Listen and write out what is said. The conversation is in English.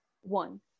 one